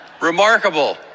Remarkable